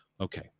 Okay